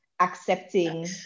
accepting